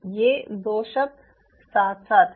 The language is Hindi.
ये 2 शब्द साथ साथ हैं